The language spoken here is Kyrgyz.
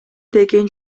деген